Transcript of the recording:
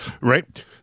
right